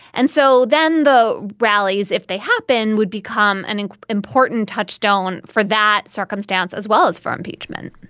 and so then the rallies if they happen would become an important touchstone for that circumstance as well as for impeachment